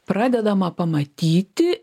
pradedama pamatyti